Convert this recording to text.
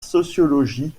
sociologie